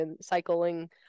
cycling